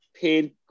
paid